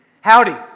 Howdy